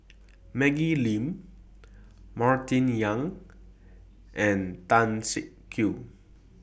Maggie Lim Martin Yan and Tan Siak Kew